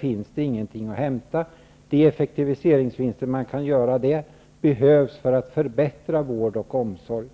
finns det ingenting att hämta. De effektiviseringsvinster man kan göra där behövs för att förbättra vård och omsorg.